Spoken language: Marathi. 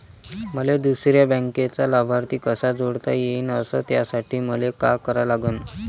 मले दुसऱ्या बँकेचा लाभार्थी कसा जोडता येईन, अस त्यासाठी मले का करा लागन?